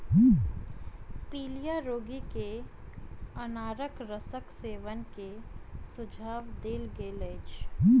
पीलिया रोगी के अनारक रसक सेवन के सुझाव देल गेल अछि